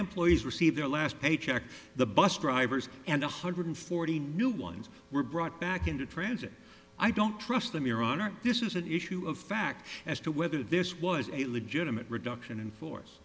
employees receive their last paycheck the bus drivers and one hundred forty new ones were brought back into transit i don't trust them your honor this is an issue of fact as to whether this was a legitimate reduction in force